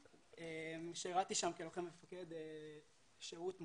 שירתי שם כלוחם ומפקד שירות מלא.